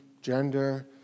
gender